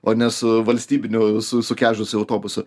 o ne su valstybiniu su sukežusiu autobusu